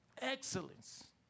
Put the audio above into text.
Excellence